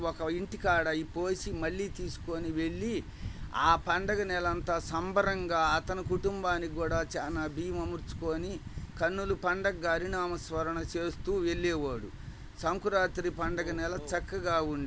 ఒక ఇంటికాడ అవి పోసి మళ్ళీ తీసుకొని వెళ్ళి ఆ పండుగ నెలంతా సంబరంగా అతని కుటుంబానికి కూడా చాలా బియ్యం అమర్చుకొని కన్నుల పండుగగా హరి నామ స్మరణ చేస్తూ వెళ్ళేవాడు సంక్రాంతి పండుగ నెల చక్కగా ఉండేది